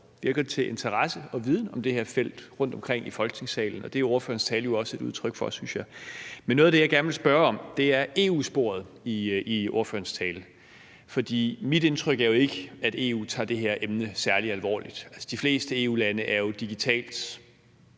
meget stor interesse og viden om det her felt rundtomkring i Folketingssalen, og det er ordførerens tale jo også et udtryk for, synes jeg. Men noget af det, jeg gerne vil spørge om, er EU-sporet i ordførerens tale. For mit indtryk er ikke, at EU tager det her emne særlig alvorligt. Altså, de fleste EU-lande er jo digitalt